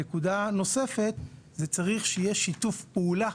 נקודה נוספת, צריך שיהיה שיתוף פעולה